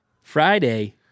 Friday